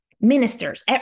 ministers